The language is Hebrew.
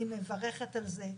אני מברכת על זה.